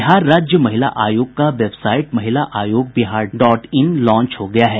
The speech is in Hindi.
बिहार राज्य महिला आयोग का वेबसाईट महिला आयोग बिहार डॉट इन लाँच हो गया है